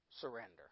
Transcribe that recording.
surrender